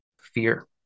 Fear